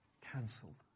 cancelled